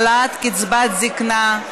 העלאת קצבת זיקנה),